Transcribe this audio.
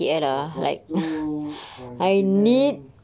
lepas tu ah pergi penang